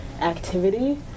activity